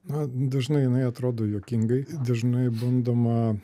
na dažnai jinai atrodo juokingai dažnai bandoma